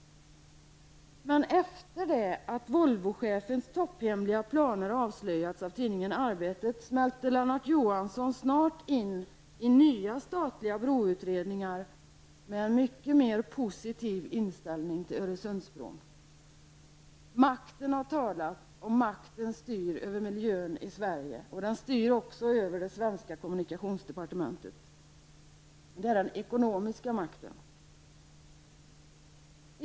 Men efter det att Volvochefens topphemliga planer avslöjats av tidningen Arbetet smälte Lennart Johansson snart in i nya statliga broutredningar med en mer positiv inställning till Öresundsbron. Makten har talat, och makten styr över miljön i Sverige. Den styr också över det svenska kommunikationsdepartementet. Det är den ekonomiska makten.